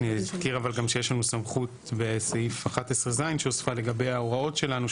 נזכיר גם שיש לנו סמכות בסעיף (11ז) שהוספה לגבי ההוראות שלנו,